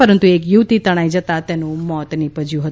પરંતુ એક યુવતી તણાઇ જતાં તેનું મોત નીપજયું છે